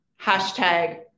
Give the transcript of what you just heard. hashtag